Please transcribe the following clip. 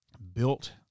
built